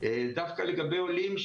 דווקא לגבי עולים,